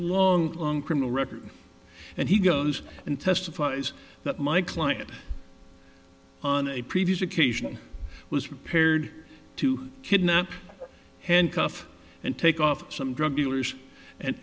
long long criminal record and he goes and testifies that my client on a previous occasion was prepared to kidnap handcuff and take off some drug dealers and